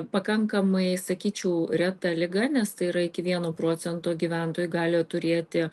pakankamai sakyčiau reta liga nes tai yra iki vieno procento gyventojų gali turėti